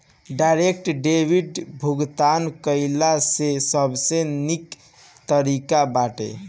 direct debit भुगतान कइला से सबसे निक तरीका बाटे